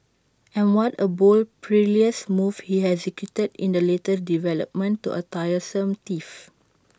and what A bold perilous move he executed in the latest development to A tiresome tiff